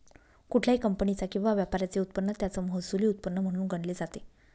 कुठल्याही कंपनीचा किंवा व्यापाराचे उत्पन्न त्याचं महसुली उत्पन्न म्हणून गणले जाते